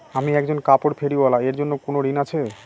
আমি একজন কাপড় ফেরীওয়ালা এর জন্য কোনো ঋণ আছে?